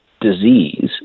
disease